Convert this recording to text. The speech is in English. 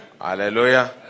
Hallelujah